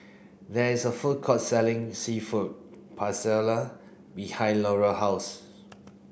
there is a food court selling Seafood Paella behind Larae house